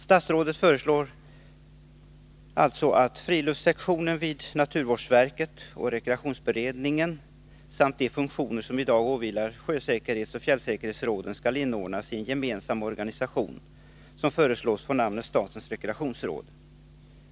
Statsrådet föreslår att friluftssektionen vid naturvårdsverket och rekreationsberedningen samt de funktioner som i dag åvilar sjösäkerhetsoch fjällsäkerhetsråden skall inordnas i en gemensam organisation, som föreslås få namnet statens rekreationsråd.